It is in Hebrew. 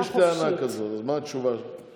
יש טענה כזאת, אז מה התשובה שלך בעניין הזה?